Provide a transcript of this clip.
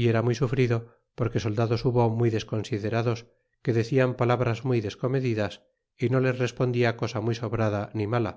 y era muy sufrido porque soldados hubo muy desconsiderados que decian palabras muy descomedidas y no les respondia cosl muy sobrada ni mala